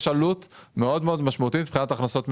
יש עלות מאוד משמעותית מבחינת הכנסות המדינה,